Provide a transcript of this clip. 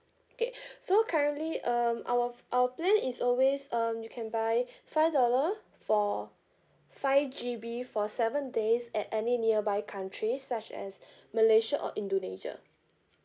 K so currently um our f~ our plan is always um you can buy five dollar for five G_B for seven days at any nearby countries such as malaysia or indonesia